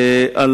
על